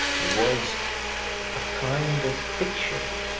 it was a kind of fiction,